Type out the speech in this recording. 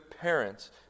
parents